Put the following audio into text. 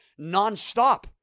nonstop